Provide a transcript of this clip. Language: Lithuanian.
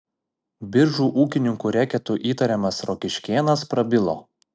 biržų ūkininkų reketu įtariamas rokiškėnas prabilo